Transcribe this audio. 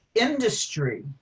industry